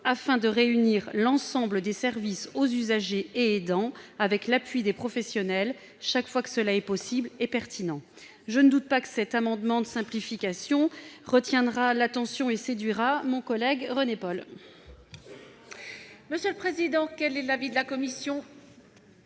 afin de réunir l'ensemble des services aux usagers et aidants, avec l'appui des professionnels, chaque fois que cela est possible et pertinent. Je ne doute pas que cet amendement de simplification retiendra l'attention et séduira mon collègue René-Paul ! Quel est l'avis de la commission ?